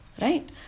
right